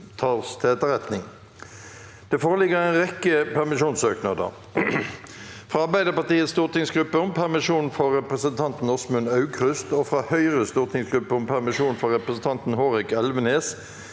Det foreligger en rekke permisjonssøknader: – fra Arbeiderpartiets stortingsgruppe om permisjon for representanten Åsmund Aukrust og fra Høyres stortingsgruppe om permisjon for representanten Hårek Elvenes